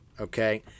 okay